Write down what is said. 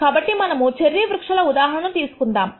కాబట్టి మనము చెర్రీ వృక్షాల ఉదాహరణ ను తీసుకుందాము